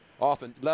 Often